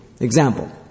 Example